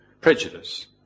prejudice